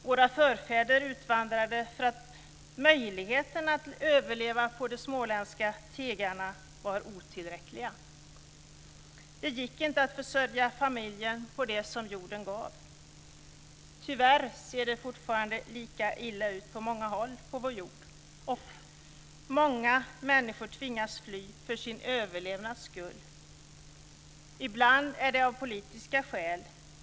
Våra förfäder utvandrade för att möjligheterna att överleva på de småländska tegarna var otillräckliga. Det gick inte att försörja familjen på det som jorden gav. Tyvärr ser det fortfarande lika illa ut på många håll på vår jord. Många människor tvingas fly för sin överlevnads skull, ibland av politiska skäl.